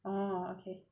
oh okay